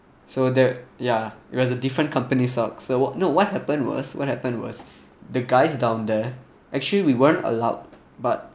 so that ya it was a different company socks or what no what happened was what happened was the guys down there actually we weren't allowed but